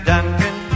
Duncan